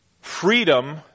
freedom